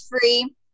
free